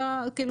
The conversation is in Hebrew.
אירופה.